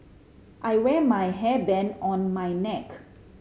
I wear my hairband on my neck